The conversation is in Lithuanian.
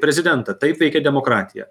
prezidentą taip veikia demokratija